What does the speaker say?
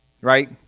Right